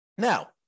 Now